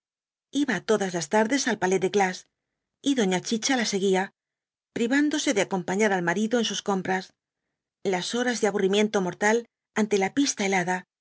iba todas las tardes al palais de glace y doña chicha la seguía privándose de acompañar al marido en sus compras las horas de aburrimiento mortal ante la pista helada